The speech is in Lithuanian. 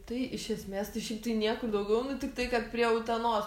tai iš esmės tai šiaip tai niekur daugiau nu tiktai kad prie utenos mama